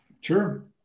Sure